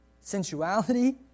sensuality